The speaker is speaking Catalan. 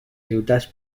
ciutats